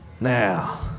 Now